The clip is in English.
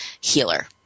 healer